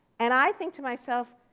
and i think to myself,